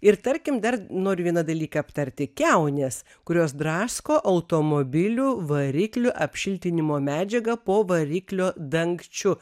ir tarkim dar noriu vieną dalyką aptarti kiaunės kurios drasko automobilių variklių apšiltinimo medžiagą po variklio dangčiu